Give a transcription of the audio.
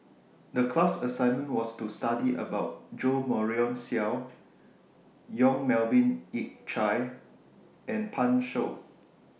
The class assignment was to study about Jo Marion Seow Yong Melvin Yik Chye and Pan Shou